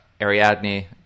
Ariadne